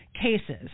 cases